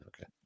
Okay